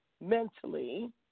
mentally